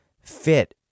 fit